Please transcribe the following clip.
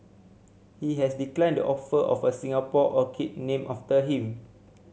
he has declined the offer of a Singapore orchid named after him